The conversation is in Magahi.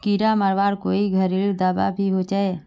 कीड़ा मरवार कोई घरेलू दाबा भी होचए?